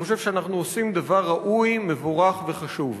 אני חושב שאנחנו עושים דבר ראוי, מבורך וחשוב.